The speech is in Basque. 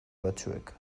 batzuek